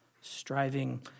Striving